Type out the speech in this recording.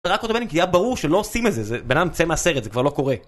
רק עוד הבנים כי יהיה ברור שלא עושים את זה, זה בינם צמא סרט, זה כבר לא קורה.